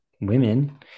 women